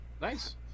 Nice